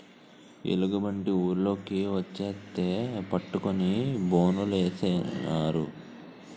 ఎలుగుబంటి ఊర్లోకి వచ్చేస్తే పట్టుకొని బోనులేసినారు